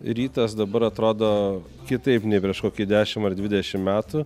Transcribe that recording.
rytas dabar atrodo kitaip nei prieš kokį dešim ar dvidešim metų